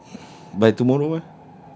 nope by tomorrow meh